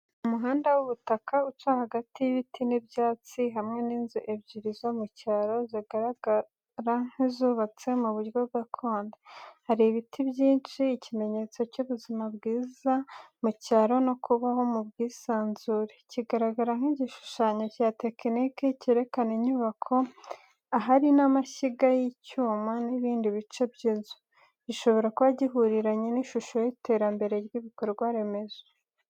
Umuhanda w'ubutaka uca hagati y'ibiti n'ibyatsi, hamwe n'inzu ebyiri zo mu cyaro, zigaragara nk'izubatse mu buryo gakondo. Hari ibiti byinshi, ikimenyetso cy'ubuzima bwiza mu cyaro no kubaho mu bwisanzure. Kigaragara nk’igishushanyo cya tekinike cyerekana inyubako, ahari n’amashyiga y’icyuma n'ibindi bice by’inzu. Gishobora kuba gihuriranye n'ishusho y’iterambere ry’ibikorwa remezo.